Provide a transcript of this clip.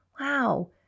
Wow